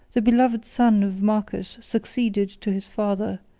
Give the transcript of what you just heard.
the beloved son of marcus succeeded to his father,